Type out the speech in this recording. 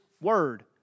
word